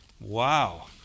Wow